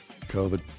COVID